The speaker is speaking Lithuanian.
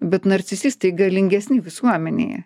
bet narcisistai galingesni visuomenėje